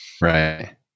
Right